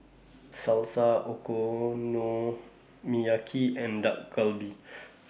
Salsa Okonomiyaki and Dak Galbi